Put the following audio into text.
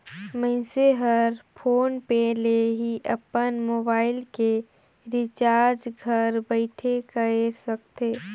मइनसे हर फोन पे ले ही अपन मुबाइल के रिचार्ज घर बइठे कएर सकथे